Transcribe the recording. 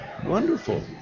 Wonderful